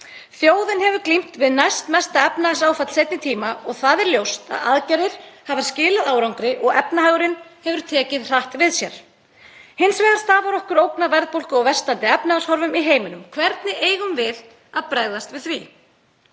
Þjóðin hefur glímt við næstmesta efnahagsáfall seinni tíma og það er ljóst að aðgerðir hafa skilað árangri og efnahagurinn hefur tekið hratt við sér. Hins vegar stafar okkur ógn af verðbólgu og versnandi efnahagshorfum í heiminum. Hvernig eigum við að bregðast við því?